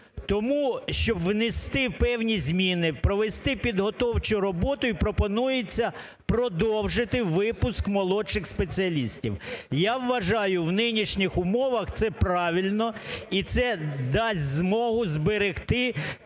Тому щоб внести певні зміни, провести підготовчу роботу і пропонується продовжити випуск молодших спеціалістів. Я вважаю, в нинішніх умовах це правильно і це дасть змогу зберегти